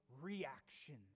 reactions